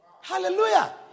Hallelujah